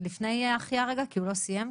לפני אחיה רגע, כי הוא לא סיים.